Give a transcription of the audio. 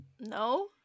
No